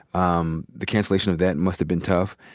um the cancellation of that must have been tough.